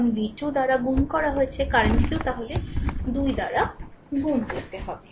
কারণ v 2 দ্বারা গুন করা হয়েছে কারেন্টকেও তাহলে 2 দ্বারা গুণ করতে হবে